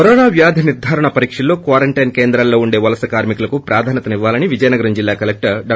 corona వ్యాధి నిర్దారణ పరీక్షల్లో క్పారంటైస్ కేంద్రాల్లో వుండే వలస కార్మికులకు ప్రాధాన్యత ఇవ్వాలని విజయనగరం జిల్లా కలెక్టర్ డా